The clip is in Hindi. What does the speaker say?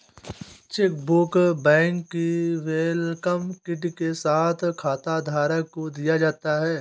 चेकबुक बैंक की वेलकम किट के साथ खाताधारक को दिया जाता है